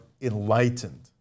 enlightened